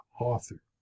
author